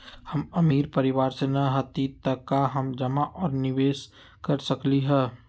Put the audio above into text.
हम अमीर परिवार से न हती त का हम जमा और निवेस कर सकली ह?